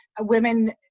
women